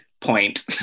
point